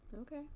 Okay